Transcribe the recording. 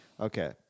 Okay